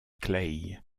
claye